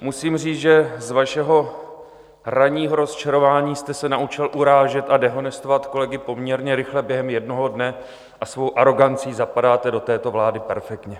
Musím říct, že z vašeho ranního rozčarování jste se naučil urážet a dehonestovat kolegy poměrně rychle během jednoho dne a svou arogancí zapadáte do této vlády perfektně.